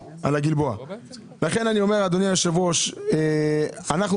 אדוני היושב-ראש, אנחנו